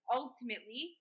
ultimately